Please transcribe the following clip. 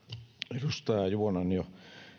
edustaja juvonen jo